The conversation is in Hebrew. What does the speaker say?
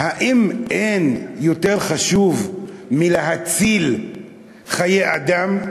האם אין יותר חשוב מלהציל חיי אדם?